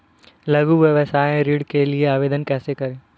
लघु व्यवसाय ऋण के लिए आवेदन कैसे करें?